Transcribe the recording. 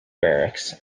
barracks